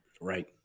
Right